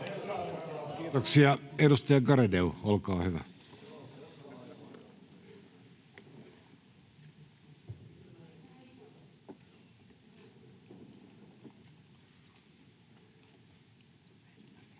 Kiitoksia. — Edustaja Garedew, olkaa hyvä. [Speech